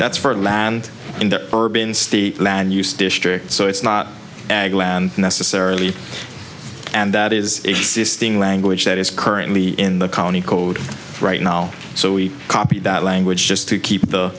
fertile land in the urban state land use district so it's not necessarily and that is language that is currently in the county code right now so we copied that language just to keep the